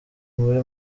muri